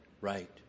right